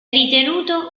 ritenuto